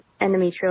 endometrial